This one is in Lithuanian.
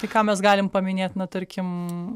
tai ką mes galim paminėt na tarkim